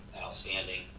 outstanding